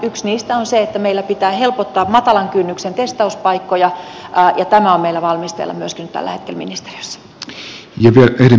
yksi niistä on se että meillä pitää helpottaa matalan kynnyksen testauspaikkoja ja tämä on meillä valmisteilla myöskin nyt tällä hetkellä ministeriössä